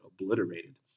obliterated